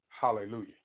Hallelujah